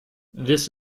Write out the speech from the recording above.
this